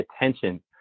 attention